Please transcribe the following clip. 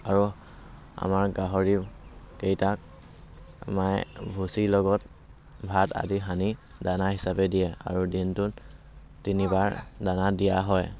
আৰু আমাৰ গাহৰিও কেইটাক মায়ে ভুচিৰ লগত ভাত আদি সানি দানা হিচাবে দিয়ে আৰু দিনটোত তিনিবাৰ দানা দিয়া হয়